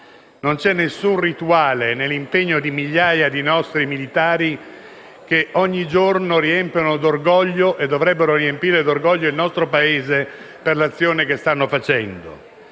Non c'è nessun rituale nell'impegno di migliaia di nostri militari che ogni giorno riempiono d'orgoglio e dovrebbero riempire d'orgoglio il nostro Paese per l'azione che stanno facendo.